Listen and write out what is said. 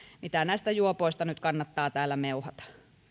mitä näistä juopoista nyt kannattaa täällä meuhata